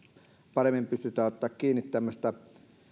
paremmin pystytään ottamaan kiinni tämmöistä